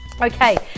Okay